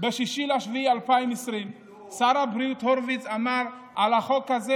ב-6 ביולי 2020 שר הבריאות הורוביץ אמר על החוק הזה,